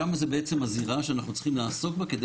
שם זו בעצם הזירה שאנחנו צריכים לעסוק בה כדי